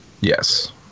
Yes